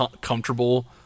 comfortable